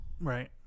Right